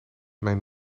mijn